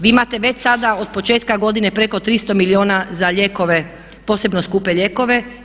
Vi imate već sada od početka godine preko 300 milijuna za lijekove, posebno skupe lijekove.